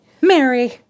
Mary